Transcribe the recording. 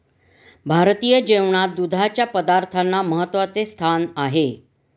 भारतीय जेवणात दुधाच्या पदार्थांना महत्त्वाचे स्थान आहे